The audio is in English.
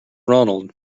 ronald